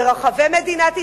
ברחבי מדינת ישראל,